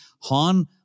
Han